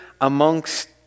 amongst